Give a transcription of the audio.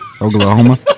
Oklahoma